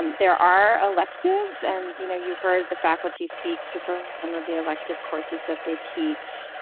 um there are electives and you know you heard the faculty speak to some um of the elective courses that they teach.